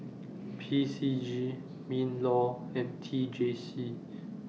P C G MINLAW and T J C